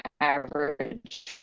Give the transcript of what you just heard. average